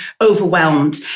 overwhelmed